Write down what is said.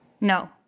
No